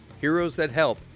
heroesthathelp